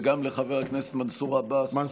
וגם חבר הכנסת מנסור עבאס, כמובן.